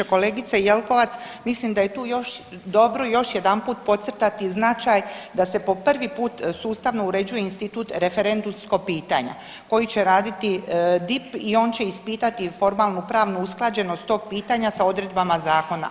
Kolegice Jelkovac mislim da je tu još dobro još jedanput podcrtati značaj da se po prvi put sustavno uređuje institut referendumskog pitanja koji će raditi DIP i on će ispitati formalnu pravnu usklađenost tog pitanja sa odredbama zakona.